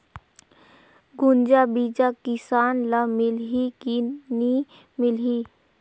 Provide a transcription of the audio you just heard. गुनजा बिजा किसान ल मिलही की नी मिलही?